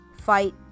fight